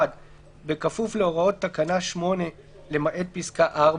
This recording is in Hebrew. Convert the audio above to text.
בכפוף להוראות תקנה 8 למעט פסקה (4)